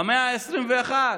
במאה ה-21,